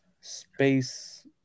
space